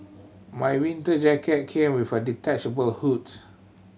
my winter jacket came with a detachable hoods